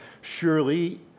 Surely